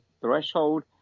threshold